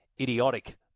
idiotic